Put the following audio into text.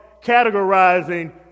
categorizing